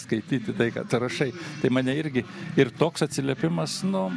skaityti tai ką tu rašai tai mane irgi ir toks atsiliepimas nu